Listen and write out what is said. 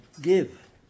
give